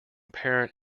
parent